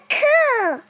cool